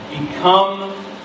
Become